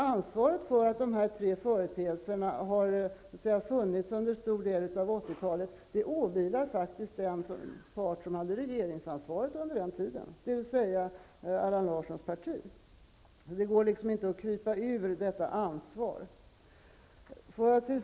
Ansvaret för att dessa tre företeelser har funnits under stor del av 80-talet åvilar faktiskt den part som hade regeringsansvaret under den tiden, dvs. Allan Larssons parti. Det går inte att krypa från det ansvaret. Fru talman!